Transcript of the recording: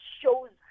shows